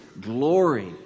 glory